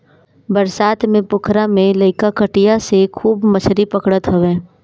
बरसात में पोखरा में लईका कटिया से खूब मछरी पकड़त हवे